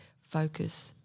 focus